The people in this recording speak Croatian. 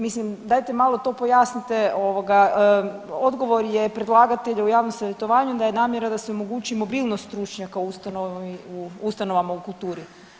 Mislim dajte malo to pojasnite ovoga, odgovora je predlagatelja u javnom savjetovanju da je namjera da se omogući mobilnost stručnjaka u ustanovama u kulturi.